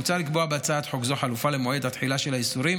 מוצע לקבוע בהצעת חוק זו חלופה למועד התחילה של האיסורים